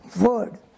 word